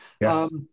yes